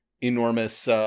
enormous